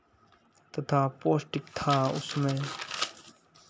तथा पोष्टिक था उसमें